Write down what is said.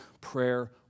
prayer